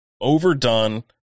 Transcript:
overdone